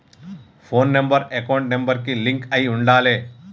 పోను number account number కి link అయ్యి ఉండాలే